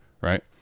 right